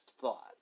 thought